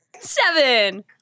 seven